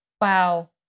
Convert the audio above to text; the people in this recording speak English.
Wow